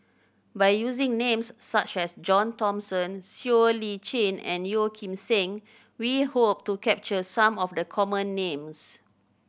by using names such as John Thomson Siow Lee Chin and Yeo Kim Seng we hope to capture some of the common names